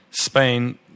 Spain